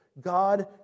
God